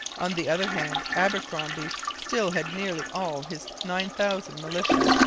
on the other hand, abercromby still had nearly all his nine thousand militia,